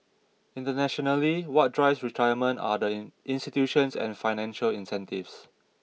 internationally what drives retirement are the in institutions and financial incentives